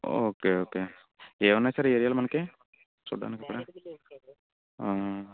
okay okay ఏమి ఉన్నాయి sir ఈ ఏరియాలో మనకు చూడడానికి